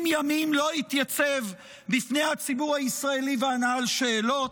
70 ימים לא התייצב לפני הציבור הישראלי וענה על שאלות.